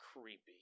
creepy